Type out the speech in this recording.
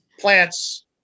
plants